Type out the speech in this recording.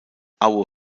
aue